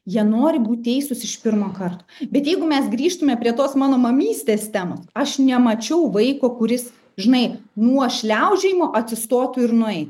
jie nori būt teisūs iš pirmo karto bet jeigu mes grįžtume prie tos mano mamystės temos aš nemačiau vaiko kuris žinai nuo šliaužiojimo atsistotų ir nueitų